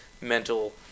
mental